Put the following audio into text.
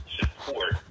support